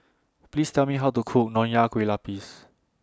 Please Tell Me How to Cook Nonya Kueh Lapis